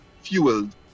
fueled